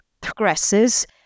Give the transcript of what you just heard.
progresses